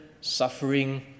suffering